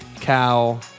cow